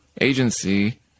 agency